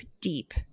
deep